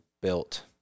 built